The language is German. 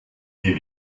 wir